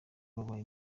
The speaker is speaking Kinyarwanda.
wabaye